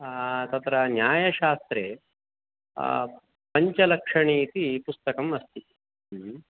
तत्र न्यायशास्त्रे पञ्चलक्षणी इति पुस्तकम् अस्ति ह्म्